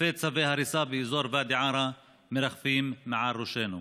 אלפי צווי הריסה באזור ואדי עארה מרחפים מעל ראשינו.